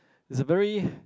is a very